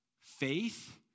faith